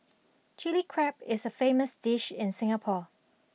chilli crab is a famous dish in Singapore